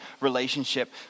relationship